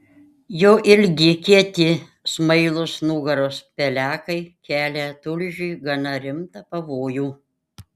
jo ilgi kieti smailūs nugaros pelekai kelia tulžiui gana rimtą pavojų